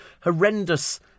horrendous